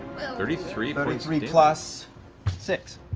thirty three but three plus six!